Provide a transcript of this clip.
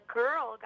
girl